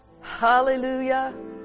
Hallelujah